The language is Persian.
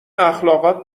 اخلاقات